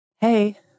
Hey